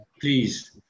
please